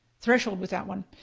threshold with that one.